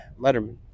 Letterman